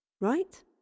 Right